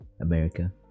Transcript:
America